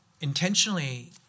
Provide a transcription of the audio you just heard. intentionally